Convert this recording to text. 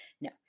No